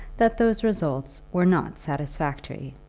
that those results were not satisfactory.